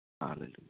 Hallelujah